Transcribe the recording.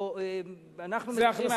או אנחנו מדברים,